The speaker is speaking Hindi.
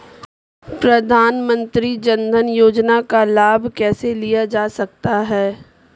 प्रधानमंत्री जनधन योजना का लाभ कैसे लिया जा सकता है?